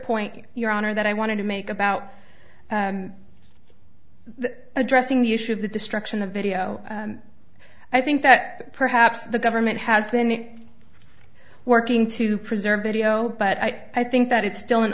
you your honor that i wanted to make about addressing the issue of the destruction of video i think that perhaps the government has been working to preserve video but i think that it's still an